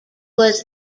was